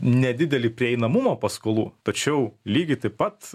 nedidelį prieinamumą paskolų tačiau lygiai taip pat